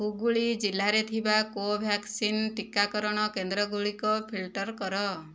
ହୁୁଗୁଳୀ ଜିଲ୍ଲାରେ ଥିବା କୋଭ୍ୟାକ୍ସିନ୍ ଟିକାକରଣ କେନ୍ଦ୍ରଗୁଡ଼ିକ ଫିଲ୍ଟର କର